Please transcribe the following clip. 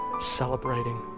celebrating